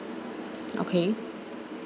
okay